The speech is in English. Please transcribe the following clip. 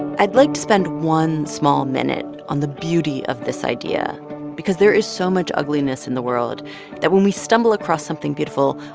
i'd like to spend one small minute on the beauty of this idea because there is so much ugliness in the world that when we stumble across something beautiful,